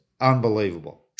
unbelievable